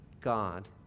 God